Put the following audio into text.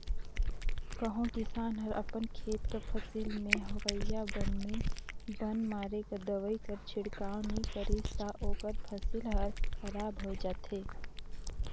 कहों किसान हर अपन खेत कर फसिल में होवइया बन में बन मारे कर दवई कर छिड़काव नी करिस ता ओकर फसिल हर खराब होए जाथे